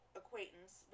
acquaintance